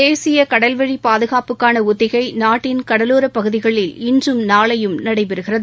தேசிய கடல்வழி பாதுகாப்புக்கான ஒத்திகை நாட்டின் கடலோரப் பகுதிகளில் இன்றும் நாளையும் நடைபெறுகிறது